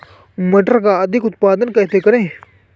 मटर का अधिक उत्पादन कैसे करें?